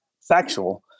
factual